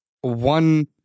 one